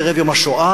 בערב יום השואה,